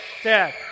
Dad